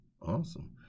awesome